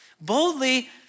boldly